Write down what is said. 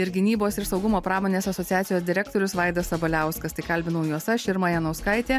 ir gynybos ir saugumo pramonės asociacijos direktorius vaidas sabaliauskas tai kalbinau juos aš irma janauskaitė